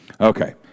Okay